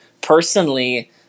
personally